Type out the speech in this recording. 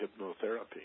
hypnotherapy